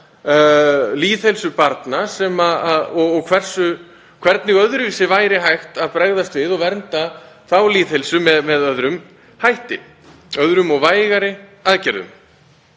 lýðheilsu barna og hvernig væri hægt að bregðast við og vernda þá lýðheilsu með öðrum hætti, með öðrum og vægari aðgerðum?